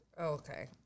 Okay